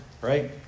right